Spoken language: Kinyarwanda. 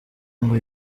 ngo